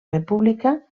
república